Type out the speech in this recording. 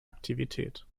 aktivität